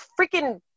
freaking